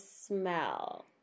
smell